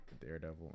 Daredevil